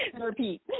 Repeat